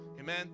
Amen